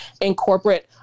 incorporate